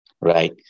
right